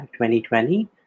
2020